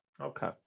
Okay